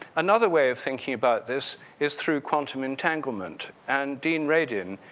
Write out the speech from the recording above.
another way of thinking about this is through quantum entanglement and dean radin,